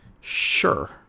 Sure